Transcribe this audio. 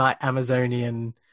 amazonian